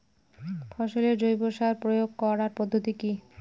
ফসলে জৈব সার প্রয়োগ করার পদ্ধতি কি?